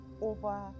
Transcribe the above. over